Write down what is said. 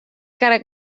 que